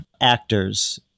actors